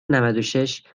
نودوشش